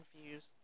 confused